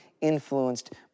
influenced